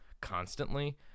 constantly